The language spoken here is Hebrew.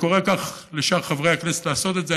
אני קורא לשאר חברי הכנסת לעשות את זה.